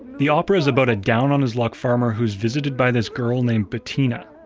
the opera is about a down on his luck farmer who was visited by this girl named bettina.